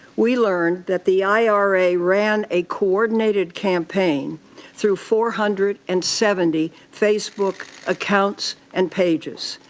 we learned that the i r a. ran a coordinated campaign through four hundred and seventy facebook accounts and pages.